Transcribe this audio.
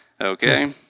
Okay